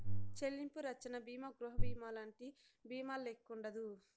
చెల్లింపు రచ్చన బీమా గృహబీమాలంటి బీమాల్లెక్కుండదు